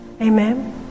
Amen